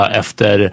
efter